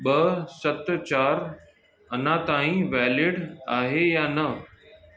ॿ सत चारि अञा ताईं वौलिड आहे यां न